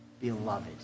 beloved